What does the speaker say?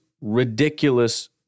ridiculous